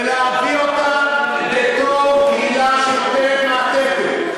ולהביא אותה בתור קהילה שנותנת מעטפת,